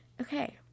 Okay